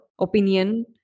opinion